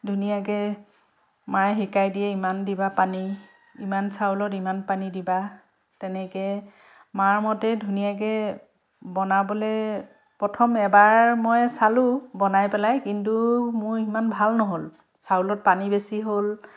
ধুনীয়াকৈ মায়ে শিকাই দিয়ে ইমান দিবা পানী ইমান চাউলত ইমান পানী দিবা তেনেকৈ মাৰ মতে ধুনীয়াকৈ বনাবলৈ প্ৰথম এবাৰ মই চালোঁ বনাই পেলাই কিন্তু মোৰ ইমান ভাল নহ'ল চাউলত পানী বেছি হ'ল